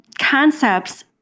concepts